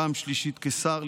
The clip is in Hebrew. פעם שלישית כשר,